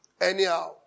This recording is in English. anyhow